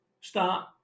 start